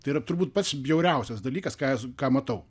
tai yra turbūt pats bjauriausias dalykas ką ką matau